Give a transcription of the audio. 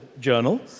journal